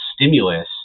stimulus